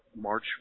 March